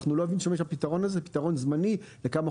אנחנו לא אוהבים להשתמש בפתרון הזה.